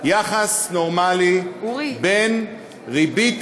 יחס נורמלי בין ריבית